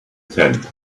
tent